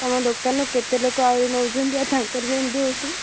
ତମ ଦୋକାନରୁ କେତେ ଲୋକ ଆହୁରି ନେଉଛନ୍ତି ତାଙ୍କର ବି ଏମିତି ହେଉଥିବ